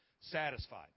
satisfied